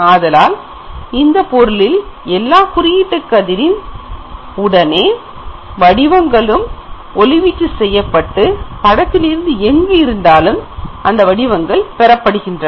ஆதலால் இந்தப் பொருளில் எல்லா குறியீட்டு கதிரின் உடனே வடிவங்களும் ஒளிவீச்சு செய்யப்பட்டு படத்திலிருந்து எங்கு இருந்தாலும் அந்த வடிவங்கள் பெறப்படுகிறது